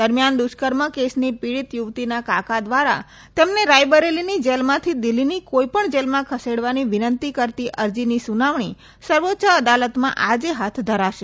દરમિથાન દુષ્ઠર્મ કેસની પીડિત યુવતીના કાકા દ્વારા તેમને રાયબરેલીની જેલમાંથી આભાર નિહારીકા રવિયા દિલ્હીની કોઈપણ જેલમાં ખસેડવાની વિનંતી કરતી અરજીની સુનાવણી સર્વોચ્ય અદાલતમાં આજે હાથ ધરાશે